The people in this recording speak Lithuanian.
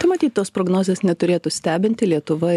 tai matyt tos prognozės neturėtų stebinti lietuva